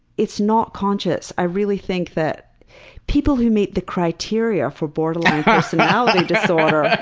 it's not conscious. i really think that people who meet the criteria for borderline personality disorder